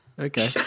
Okay